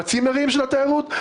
בצימרים של התיירות?